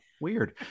Weird